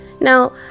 Now